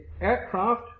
aircraft